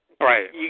Right